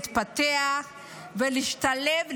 להתפתח ולהשתלב,